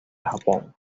japón